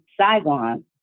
Saigon